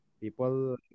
People